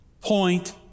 point